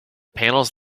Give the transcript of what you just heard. panels